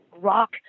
rock